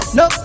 no